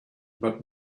but